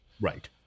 Right